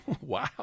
Wow